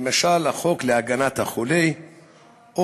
למשל חוק זכויות החולה או